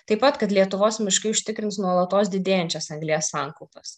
taip pat kad lietuvos miškai užtikrins nuolatos didėjančias anglies sankaupas